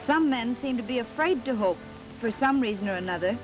some men seem to be afraid to hope for some reason or another